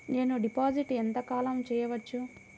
నేను డిపాజిట్ ఎంత కాలం చెయ్యవచ్చు?